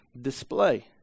display